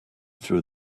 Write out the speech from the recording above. through